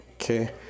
Okay